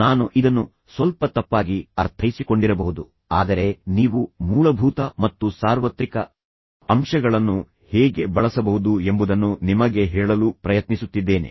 ನಾನು ಇದನ್ನು ಸ್ವಲ್ಪ ತಪ್ಪಾಗಿ ಅರ್ಥೈಸಿಕೊಂಡಿರಬಹುದು ಆದರೆ ನೀವು ಮೂಲಭೂತ ಮತ್ತು ಸಾರ್ವತ್ರಿಕ ಅಂಶಗಳನ್ನು ಹೇಗೆ ಬಳಸಬಹುದು ಎಂಬುದನ್ನು ನಿಮಗೆ ಹೇಳಲು ಪ್ರಯತ್ನಿಸುತ್ತಿದ್ದೇನೆ